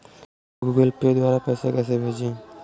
Google pay द्वारा पैसे कैसे भेजें?